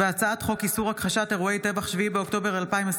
הצעת חוק איסור הכחשת אירועי טבח 7 באוקטובר 2023